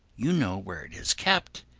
you know where it is kept,